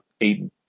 eight